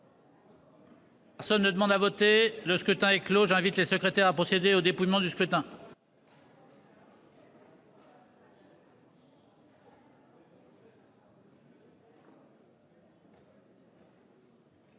Personne ne demande plus à voter ?... Le scrutin est clos. J'invite Mmes et MM. les secrétaires à procéder au dépouillement du scrutin.